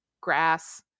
grass